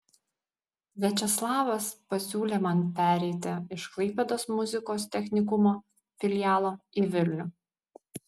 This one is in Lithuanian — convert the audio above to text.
viačeslavas pasiūlė man pereiti iš klaipėdos muzikos technikumo filialo į vilnių